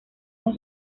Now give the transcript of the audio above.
con